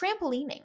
trampolining